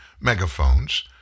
megaphones